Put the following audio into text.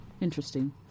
Interesting